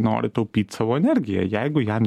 nori taupyt savo energiją jeigu jam